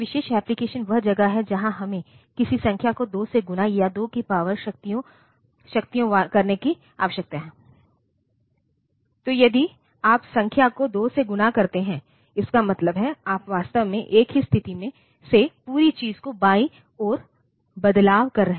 एक विशेष एप्लिकेशन वह जगह है जहां हमें किसी संख्या को 2 से गुणा या 2 की पावर करने की आवश्यकता है तो यदि आप संख्या को 2 से गुणा करते हैं इसका मतलब है आप वास्तव में एक ही स्थिति से पूरी चीज़ को बाईं ओर बदलाव कर रहे हैं